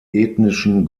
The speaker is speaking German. ethnischen